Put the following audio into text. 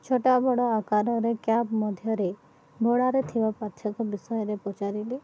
ଛୋଟ ବଡ଼ ଆକାରରେ କ୍ୟାବ୍ ମଧ୍ୟରେ ଭଡ଼ାରେ ଥିବା ପାର୍ଥକ ବିଷୟରେ ପଚାରିଲି